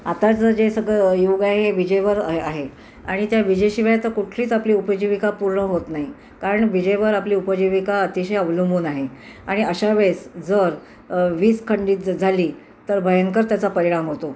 आताचं जे सगळं युग आहे हे विजेवर आहे आणि त्या विजेशिवाय आता कुठलीच आपली उपजीविका पूर्ण होत नाही कारण विजेवर आपली उपजीविका अतिशय अवलंबून आहे आणि अशा वेळेस जर वीज खंडित जर झाली तर भयंकर त्याचा परिणाम होतो